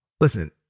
Listen